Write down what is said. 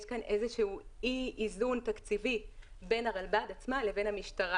יש כאן אי איזון תקציבי בין הרלב"ד לבין המשטרה.